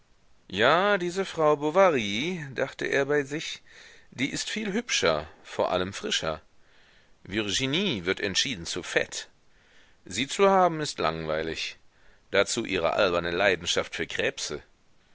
ja diese frau bovary dachte er bei sich die ist viel hübscher vor allem frischer virginie wird entschieden zu fett sie zu haben ist langweilig dazu ihre alberne leidenschaft für krebse